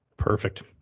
Perfect